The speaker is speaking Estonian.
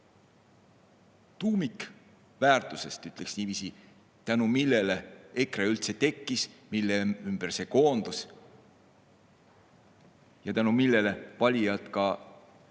tuumikväärtusest, ütleks niiviisi, tänu millele EKRE üldse tekkis, mille ümber [EKRE] koondus ja tänu millele valijad –